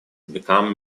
become